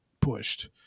pushed